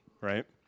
right